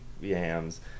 yams